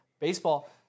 Baseball